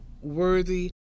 worthy